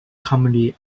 commonly